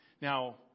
Now